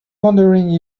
wondering